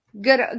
good